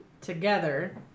together